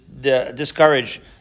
discourage